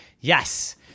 Yes